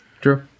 True